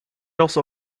also